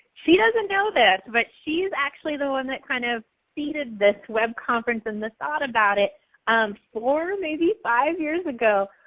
she doesn't know this, but she's actually the one that kind of seeded this web conference and that thought about it four, maybe five, years ago.